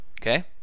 Okay